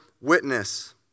witness